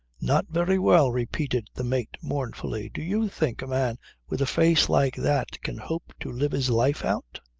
not very well, repeated the mate mournfully. do you think a man with a face like that can hope to live his life out?